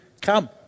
come